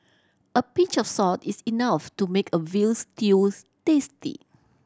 a pinch of salt is enough to make a veal stews tasty